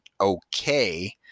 okay